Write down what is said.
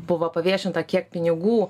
buvo paviešinta kiek pinigų